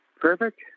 Perfect